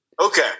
Okay